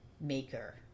maker